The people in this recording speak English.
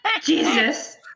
Jesus